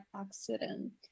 accident